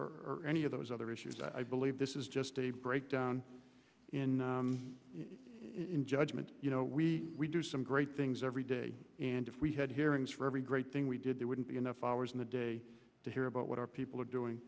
any of those other issues i believe this is just a breakdown in in judgment you know we do some great things every day and if we had hearings for every great thing we did there wouldn't be enough hours in the day to hear about what our people are